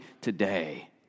today